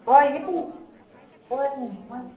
ꯍꯣꯏ ꯌꯝ ꯍꯣꯏ